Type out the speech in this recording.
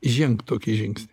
žengk tokį žingsnį